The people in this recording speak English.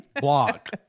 block